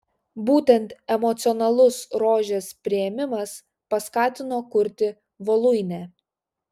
būtent emocionalus rožės priėmimas paskatino kurti voluinę